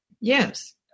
Yes